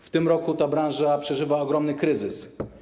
W tym roku ta branża przeżywa ogromny kryzys.